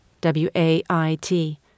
W-A-I-T